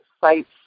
Sites